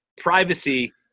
privacy